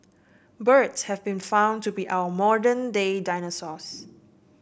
birds have been found to be our modern day dinosaurs